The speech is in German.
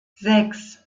sechs